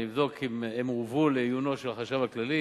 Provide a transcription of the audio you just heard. אני אבדוק אם הן הועברו לעיונו של החשב הכללי,